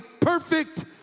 perfect